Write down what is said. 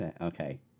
Okay